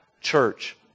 church